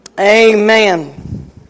Amen